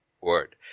word